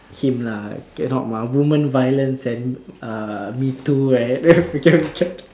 him lah cannot mah woman violence leh uh me too right